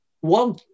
one